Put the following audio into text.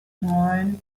neun